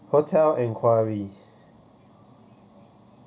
hotel enquiry